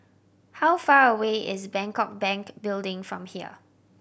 how far away is Bangkok Bank Building from here